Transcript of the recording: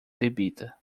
bebida